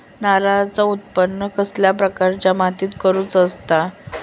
नारळाचा उत्त्पन कसल्या प्रकारच्या मातीत करूचा असता?